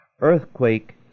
Earthquake